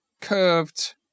curved